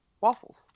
waffles